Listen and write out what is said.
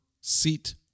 seat